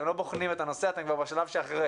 אתם כבר בשלב שאחרי